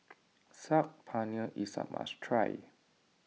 Saag Paneer is a must try